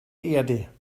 erde